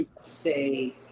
say